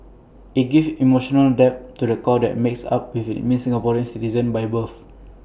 IT gives emotional depth to the core that makes up with IT means Singaporean citizens by birth